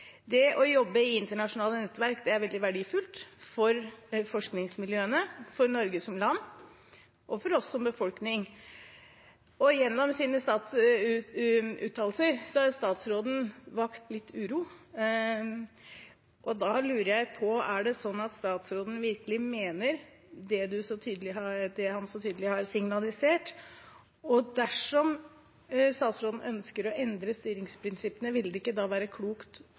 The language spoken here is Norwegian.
Det å jobbe i internasjonale nettverk er veldig verdifullt for forskningsmiljøene, for Norge som land og for oss som befolkning. Gjennom sine uttalelser har statsråden vakt litt uro. Da lurer jeg på: Er det slik at statsråden virkelig mener det han så tydelig har signalisert? Og dersom statsråden ønsker å endre styringsprinsippene, vil det ikke da være klokt